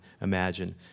imagine